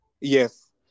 yes